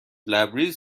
لبریز